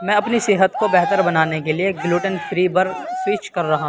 میں اپنی صحت کو بہتر بنانے کے لے گلوٹن فری پر سوئچ کر رہا